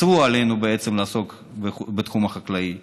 אסרו עלינו בעצם לעסוק בתחום החקלאי,